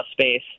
space